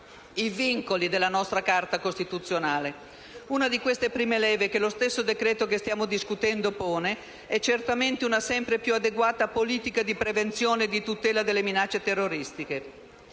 i vincoli della nostra Carta costituzionale. Una di queste prime leve, che lo stesso decreto-legge che stiamo discutendo pone, è certamente una sempre più adeguata politica di prevenzione e di tutela dalle minacce terroristiche: